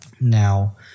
Now